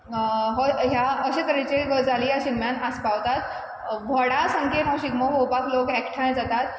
हो ह्या अशें तरेच्यो गजाली ह्या शिगम्यान आसपावतात व्हडा संख्येन हो शिगमो पोळोपाक लोक एकठांय जातात